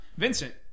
vincent